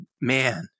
man